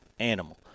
Animal